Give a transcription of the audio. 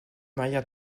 maria